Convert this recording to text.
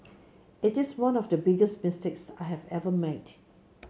it is one of the biggest mistakes I have ever made